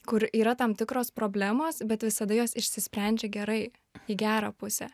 kur yra tam tikros problemos bet visada jos išsisprendžia gerai į gerą pusę